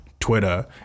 Twitter